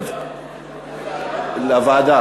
לוועדה.